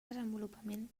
desenvolupament